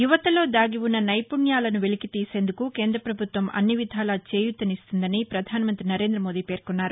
యువతలో దాగివున్న నైపుణ్యాన్ని వెలికితీసేందుకు కేంద ప్రభుత్వం అన్ని విధాలా చేయూతనిస్తుందని ప్రపధాన మంతి నరేందమోదీ పేర్కొన్నారు